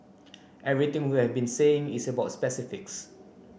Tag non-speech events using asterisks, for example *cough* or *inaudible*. everything we have been saying is about *unintelligible*